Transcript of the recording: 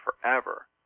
forever